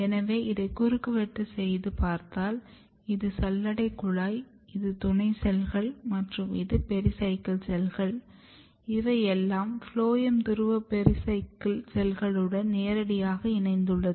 எனவே இதை குறுக்கு வெட்டு செய்துப் பார்த்தால் இது சல்லடை குழாய் இது துணை செல்கள் மற்றும் இது பெரிசைக்கிள் செல்கள் இவையெல்லாம் ஃபுளோயம் துருவ பெரிசைக்கிள் செல்களுடன் நேரடியாக இணைந்துள்ளது